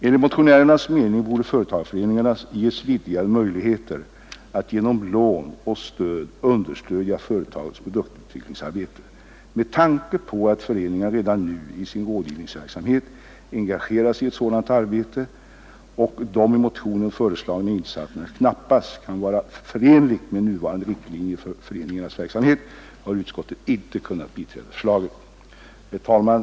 Enligt motionärernas mening borde företagarföreningarna ges vidgade möjligheter att genom lån och stöd understödja företagens produktutvecklingsarbete. Med tanke på att föreningarna redan nu i sin rådgivningsverksamhet engageras i ett sådant arbete och på att de i motionen föreslagna insatserna knappast kan vara förenliga med nuvarande riktlinjer för föreningarnas verksamhet har utskottet inte kunnat biträda förslaget. Herr talman!